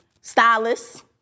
stylists